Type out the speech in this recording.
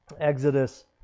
Exodus